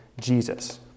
Jesus